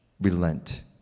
relent